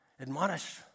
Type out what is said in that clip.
Admonish